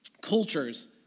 cultures